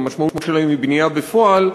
והמשמעות שלהם היא בנייה בפועל,